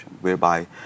whereby